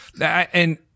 and-